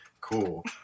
Cool